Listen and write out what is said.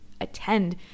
attend